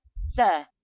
sir